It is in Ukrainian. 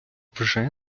вже